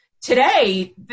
today